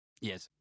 Yes